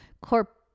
corp